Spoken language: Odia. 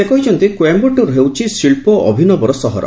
ସେ କହିଛନ୍ତି କୋଏମ୍ଘାଟୁର୍ ହେଉଛି ଶିଳ୍ପ ଓ ଅଭିନବର ସହର